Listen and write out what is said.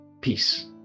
Peace